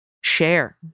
share